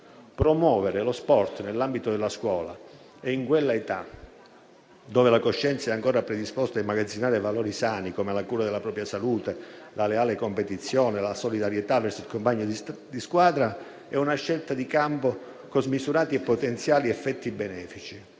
Promuovere lo sport nell'ambito della scuola e in quell'età dove la coscienza è ancora predisposta a immagazzinare valori sani come la cura della propria salute, la leale competizione, la solidarietà verso il compagno di squadra, è una scelta di campo con smisurati e potenziali effetti benefici